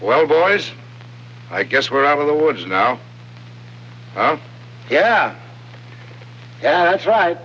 well boys i guess we're out of the woods now yeah yeah that's right